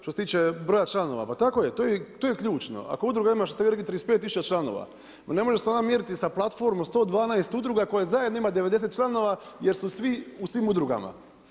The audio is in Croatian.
Što se tiče broja članova, pa tako je, to je ključno, ako udruga ima što ste vi rekli 35000 članova ma ne može se ona mjeriti sa platformom 112 udruga koja zajedno ima 90 članova jer su svi u svim udrugama.